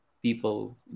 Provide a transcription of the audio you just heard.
People